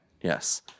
Yes